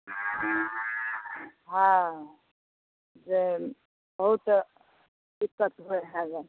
हँ से बहुत दिक्कत होइ हइ